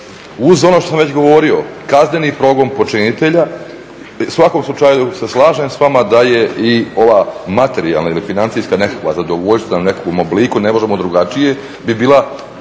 uz ono što sam već govorio, kazneni progon počinitelja, u svakom slučaju se slažem s vama da je i ova materijalna ili financijska nekakva zadovoljština u nekakvom obliku, ne možemo drugačije, bi bila